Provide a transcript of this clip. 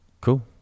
Cool